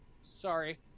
Sorry